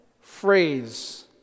phrase